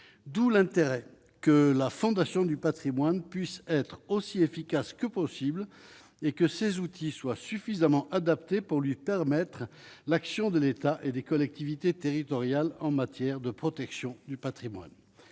d'où l'intérêt que la Fondation du Patrimoine puisse être aussi efficace que possible et que ces outils soient suffisamment adapté pour lui permettre l'action de l'État et des collectivités territoriales en matière de protection du Patrimoine